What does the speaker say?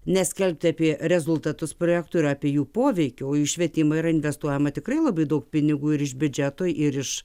neskelbti apie rezultatus projektų ir apie jų poveikio į švietimą ir investuojama tikrai labai daug pinigų ir iš biudžeto ir iš